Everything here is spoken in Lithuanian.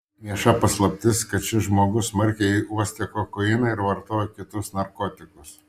vieša paslaptis kad šis žmogus smarkiai uostė kokainą ir vartojo kitus narkotikus